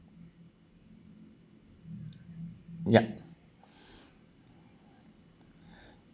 yup